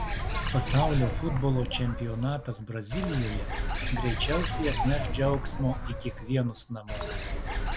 pasaulio futbolo čempionatas brazilijoje greičiausiai atneš džiaugsmo į kiekvienus namus